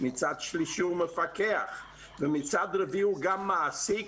מצד שלישי הוא מפקח, ומצד רביעי הוא גם מעסיק.